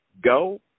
go